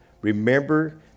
Remember